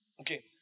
Okay